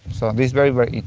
so it's very, very